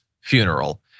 funeral